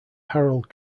harold